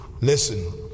Listen